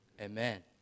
Amen